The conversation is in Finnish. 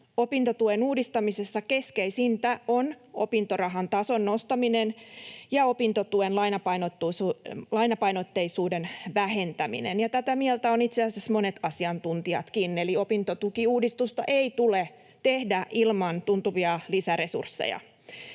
opintotuen uudistamisessa keskeisintä on opintorahan tason nostaminen ja opintotuen lainapainotteisuuden vähentäminen. Ja tätä mieltä ovat itse asiassa monet asiantuntijatkin. Eli opintotukiuudistusta ei tule tehdä ilman tuntuvia lisäresursseja.